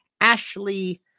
Ashley